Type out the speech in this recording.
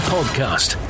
Podcast